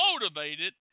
motivated